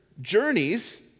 journeys